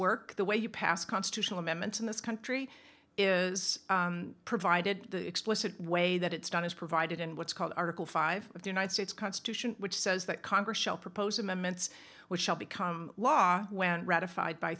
work the way you pass constitutional amendments in this country is provided the explicit way that it's done is provided in what's called article five of the united states constitution which says that congress shall propose amendments which shall become law when ratified by